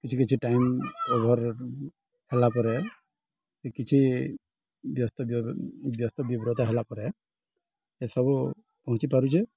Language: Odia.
କିଛି କିଛି ଟାଇମ୍ ଓଭର୍ ହେଲା ପରେ କିଛି ବ୍ୟସ୍ତ ବ୍ୟସ୍ତ ବିବ୍ରତା ହେଲା ପରେ ଏସବୁ ପହଞ୍ଚିପାରୁଛେ